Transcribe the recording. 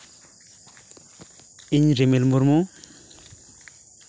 ᱤᱧ ᱨᱤᱢᱤᱞ ᱢᱩᱨᱢᱩ